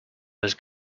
was